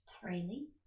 training